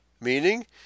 meaning